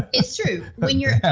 it's true but and yeah